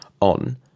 on